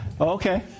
Okay